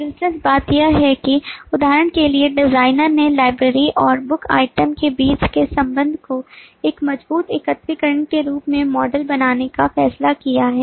दिलचस्प बात यह है कि उदाहरण के लिए डिजाइनर ने लाइब्रेरी और बुक आइटम के बीच के संबंध को एक मजबूत एकत्रीकरण के रूप में मॉडल बनाने का फैसला किया है